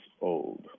old